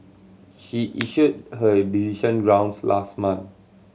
she issued her decision grounds last month